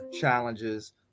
challenges